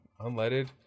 Unleaded